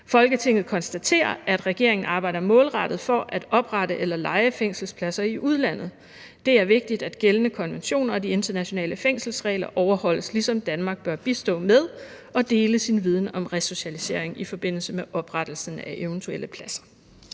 Folketinget konstaterer, at regeringen arbejder målrettet for at oprette eller leje fængselspladser i udlandet. Det er vigtigt, at gældende konventioner og de internationale fængselsregler overholdes, ligesom Danmark bør bistå med og dele sin viden om resocialisering, i forbindelse med oprettelsen af eventuelle pladser.«